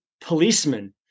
policemen